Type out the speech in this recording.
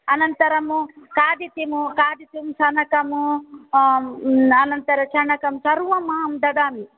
अनन्तरमु कादितिमु कादितुं चणकम् अनन्तरं चणकं सर्वम् अहं ददामि